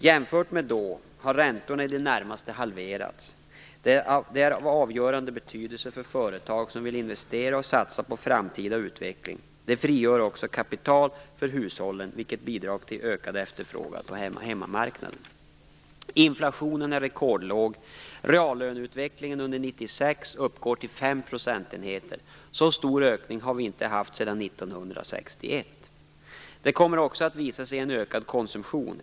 Jämfört med då har räntorna i det närmaste halverats. Det är av avgörande betydelse för företag som vill investera och satsa på framtida utveckling. Det frigör också kapital för hushållen, vilket bidrar till ökad efterfrågan på hemmamarknaden. Inflationen är rekordlåg. Reallöneutvecklingen under 1996 uppgår till fem procentenheter. Så stor ökning har vi inte haft sedan 1961. Det kommer också att visa sig i en ökad konsumtion.